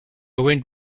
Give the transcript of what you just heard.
went